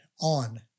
on